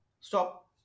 stop